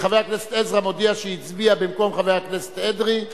חבר הכנסת עזרא מודיע שהצביע במקום חבר הכנסת אדרי,